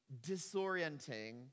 disorienting